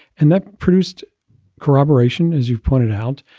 and that produced corroboration. as you've pointed out,